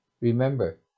Remember